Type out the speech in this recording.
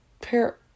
pair